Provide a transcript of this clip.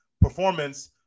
performance